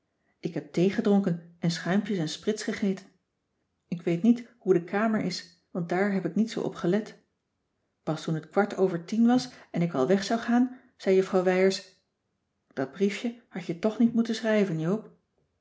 ik heb thee gedronken en schuimpjes en sprits gegeten ik weet niet hoe de kamer is want daar heb ik niet zoo op gelet pas toen t kwart over tien was en ik al weg zou gaan zei juffrouw wijers dat briefje had je toch niet moeten schrijven